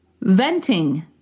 venting